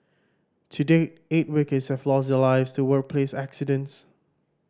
to date eight workers have lost their lives to workplace accidents